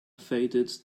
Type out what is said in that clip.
faded